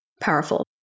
powerful